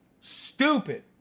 stupid